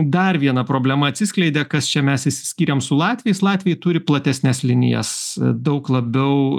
dar viena problema atsiskleidė kas čia mes išsiskyrėm su latviais latviai turi platesnes linijas daug labiau